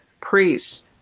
priests